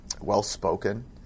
well-spoken